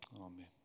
Amen